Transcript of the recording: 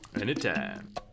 Anytime